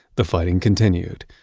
the fighting continued.